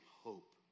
hope